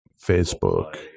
Facebook